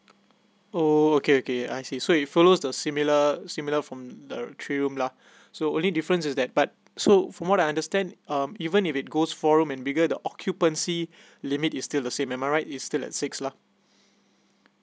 oh okay okay I see so it follows the similar similar from directory room lah so only difference is that part so from what I understand um even if it goes four room and bigger the occupancy limit is still the same am I right is still at six lah